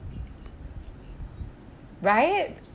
right